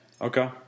Okay